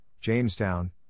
Jamestown